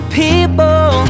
people